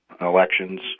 elections